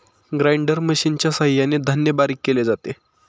grinder मशिनच्या सहाय्याने धान्य बारीक केले जाते